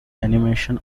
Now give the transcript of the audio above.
animation